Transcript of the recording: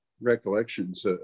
recollections